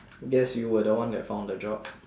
guess you were the one that found the job